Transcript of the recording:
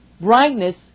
brightness